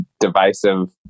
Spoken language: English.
divisive